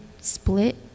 split